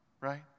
right